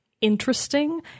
interesting